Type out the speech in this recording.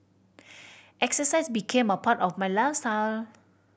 exercise became a part of my lifestyle